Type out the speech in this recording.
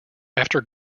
after